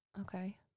Okay